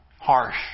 Harsh